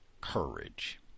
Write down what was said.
courage